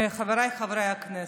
חבריי חברי הכנסת,